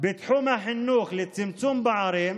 בתחום החינוך לצמצום פערים,